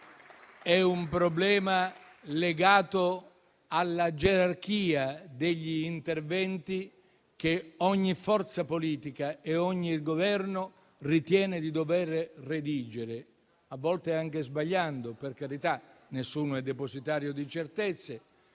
e di obiettivi, legato alla gerarchia degli interventi che ogni forza politica e ogni Governo ritengono di dover redigere (a volte anche sbagliando, per carità, perché nessuno è depositario di certezze).